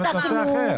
תתקנו,